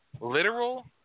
literal